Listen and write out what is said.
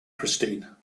christine